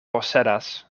posedas